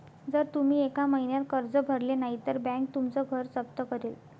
जर तुम्ही एका महिन्यात कर्ज भरले नाही तर बँक तुमचं घर जप्त करेल